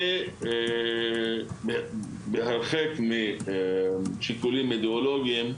והרחק משיקולים אידיאולוגיים.